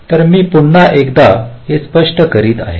तर मी पुन्हा एकदा हे स्पष्ट करीत आहे